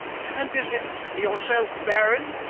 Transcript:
and is it yourself, baron?